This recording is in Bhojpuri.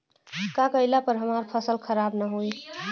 का कइला पर हमार फसल खराब ना होयी?